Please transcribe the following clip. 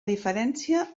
diferència